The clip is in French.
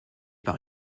par